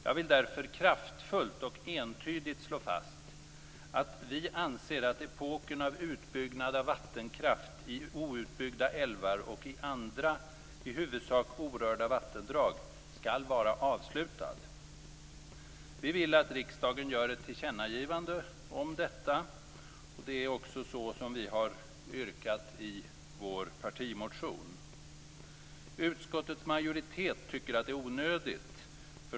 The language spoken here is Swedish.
Jag vill därför kraftfullt och entydigt slå fast att vi anser att epoken med utbyggnad av vattenkraft i outbyggda älvar och andra i huvudsak orörda vattendrag skall vara avslutad. Vi vill att riksdagen gör ett tillkännagivande om detta. Det har vi också yrkat på i vår partimotion. Utskottets majoritet tycker att det är onödigt.